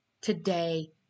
today